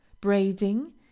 Braiding